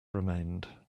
remained